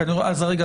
אז רגע,